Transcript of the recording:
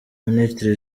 minisitiri